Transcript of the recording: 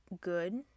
good